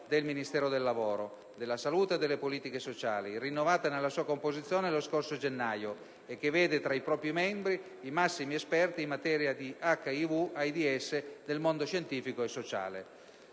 del Ministero del lavoro, della salute e delle politiche sociali, rinnovato nella sua composizione lo scorso gennaio e che vede, tra i propri membri, i massimi esperti in materia di HIV/AIDS del mondo scientifico e sociale.